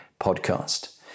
podcast